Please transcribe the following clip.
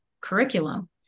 curriculum